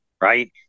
right